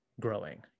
growing